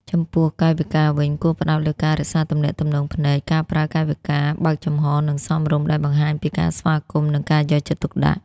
ចំពោះកាយវិការវិញ គួរផ្តោតលើការរក្សាទំនាក់ទំនងភ្នែក ការប្រើកាយវិការបើកចំហរ និងសមរម្យ ដែលបង្ហាញពីការស្វាគមន៍ និងការយកចិត្តទុកដាក់។